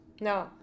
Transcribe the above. No